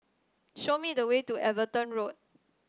show me the way to Everton Road